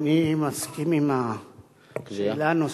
אני מסכים עם השאלה הנוספת,